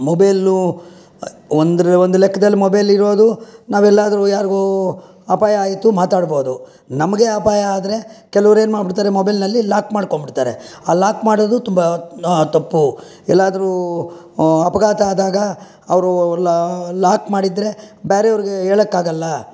mobile ಒಂದು ಒಂದು ಲೆಕ್ದಲ್ಲಿ ಮೊಬೈಲ್ ಇರೋದು ನಾವೆಲ್ಲಾದ್ರೂ ಯಾರಿಗೋ ಅಪಾಯ ಆಯಿತು ಮಾತಾಡ್ಬೋದು ನಮಗೇ ಅಪಾಯ ಆದರೆ ಕೆಲವ್ರು ಏನು ಮಾಡಿಬಿಡ್ತಾರೆ ಮೊಬೈಲ್ನಲ್ಲಿ ಲಾಕ್ ಮಾಡ್ಕೊಂಡ್ಬಿಡ್ತಾರೆ ಆ ಲಾಕ್ ಮಾಡೋದು ತುಂಬ ತಪ್ಪು ಎಲ್ಲಾದ್ರೂ ಅಪಘಾತ ಆದಾಗ ಅವರು ಲಾಕ್ ಮಾಡಿದರೆ ಬೇರೆಯವ್ರ್ಗೆ ಹೇಳಕ್ಕಾಗಲ್ಲ